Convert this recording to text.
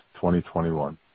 2021